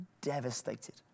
devastated